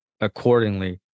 accordingly